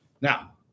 Now